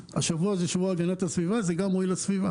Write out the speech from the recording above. השבוע זה שבוע הגנת הסביבה וזה גם מועיל לסביבה